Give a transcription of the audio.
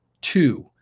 two